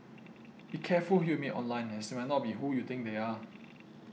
be careful who you meet online as they might not be who you think they are